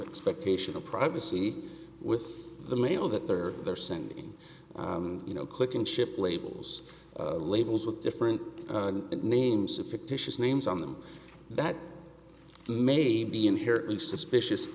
expectation of privacy with the mail that they're they're sending you know click and ship labels labels with different names of fictitious names on them that may be inherently suspicious